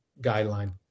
guideline